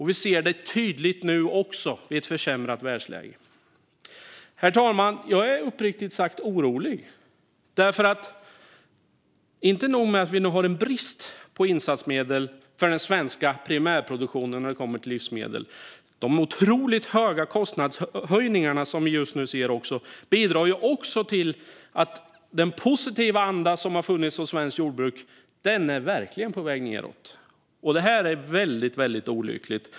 Vi ser det tydligt nu också i ett försämrat världsläge. Herr talman! Jag är uppriktigt sagt orolig. Det är inte nog med att vi nu har brist på insatsmedel för den svenska primärproduktionen när det kommer till livsmedel. De otroligt höga kostnadshöjningar som vi just nu ser bidrar också till att den positiva anda som har funnits hos svenskt jordbruk verkligen är på väg nedåt. Det är väldigt olyckligt.